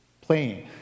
playing